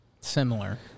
Similar